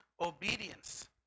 Obedience